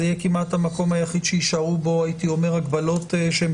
זה יהיה כמעט המקום היחיד שיישארו בו הגבלות שהן